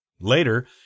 Later